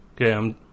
Okay